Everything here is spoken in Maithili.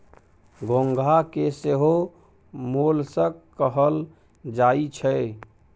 घोंघा के सेहो मोलस्क कहल जाई छै